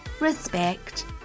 respect